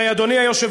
הרי, אדוני היושב-ראש,